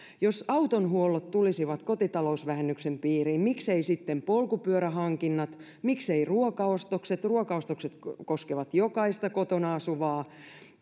jos auton huollot tulisivat kotitalousvähennyksen piiriin miksei sitten polkupyörähankinnat miksei ruokaostokset ruokaostokset koskevat jokaista kotona asuvaa